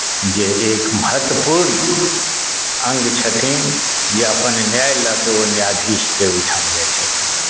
जे एक महत्वपूर्ण अङ्ग छथिन जे अपन न्याय लऽ कऽ ओ न्यायधीशके ओहिठाम जाइत छथिन